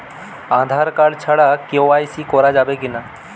Aadhaar card ছাড়া কে.ওয়াই.সি করা যাবে কি না?